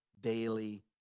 daily